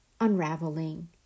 unraveling